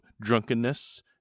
drunkenness